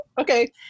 okay